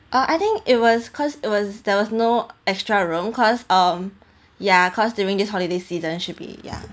uh I think it was cause it was there was no extra room cause um yeah cause during this holiday season should be ya